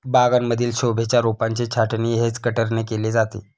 बागांमधील शोभेच्या रोपांची छाटणी हेज कटरने केली जाते